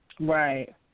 Right